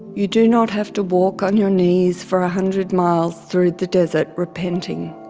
you do not have to walk on your kneesfor a hundred miles through the desert, repenting.